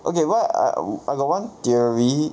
okay wha~ I wou~ I got one theory